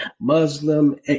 Muslim